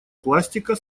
пластика